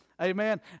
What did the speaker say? Amen